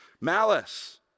malice